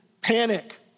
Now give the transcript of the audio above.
panic